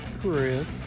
Chris